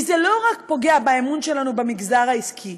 כי זה לא רק פוגע באמון שלנו במגזר העסקי,